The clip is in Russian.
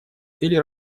или